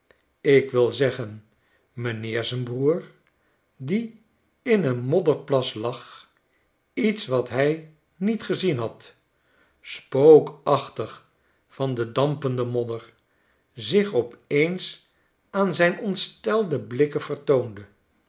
ik wil zeggen m'nheer zijn broer die in een modderplas lag iets wat hij niet gezien had spookachtig van de darapende modder zich op eens aan zijn ontstelde blikken vertoonde